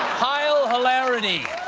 heil hilarity.